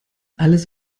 alles